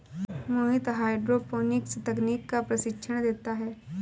मोहित hydroponics तकनीक का प्रशिक्षण देता है